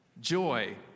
joy